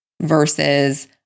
versus